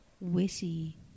witty